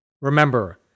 Remember